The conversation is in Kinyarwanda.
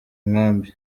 nkambi